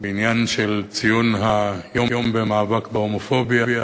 בעניין של ציון יום המאבק בהומופוביה.